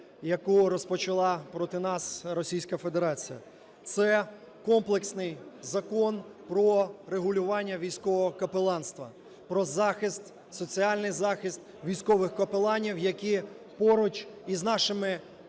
яку розпочала проти нас Російська Федерація. Це комплексний Закон про регулювання військового капеланства, про захист, соціальний захист військових капеланів, які поруч із нашими